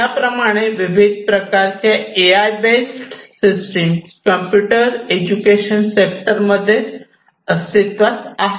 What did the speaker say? याप्रमाणे विविध प्रकारच्या A I based system education sector मध्ये अस्तित्वात आहेत